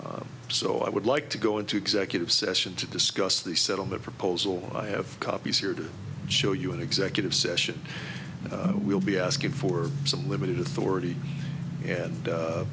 so i would like to go into executive session to discuss the settlement proposal i have copies here to show you in executive session we'll be asking for some limited authority and